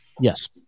Yes